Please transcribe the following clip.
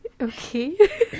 Okay